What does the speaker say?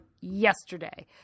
yesterday